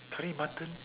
curry mutton